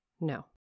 No